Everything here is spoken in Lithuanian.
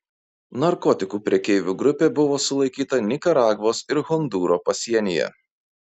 narkotikų prekeivų grupė buvo sulaikyta nikaragvos ir hondūro pasienyje